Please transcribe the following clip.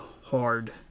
hard